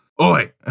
Oi